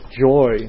joy